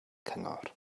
cyngor